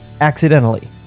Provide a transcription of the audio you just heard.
accidentally